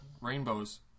rainbows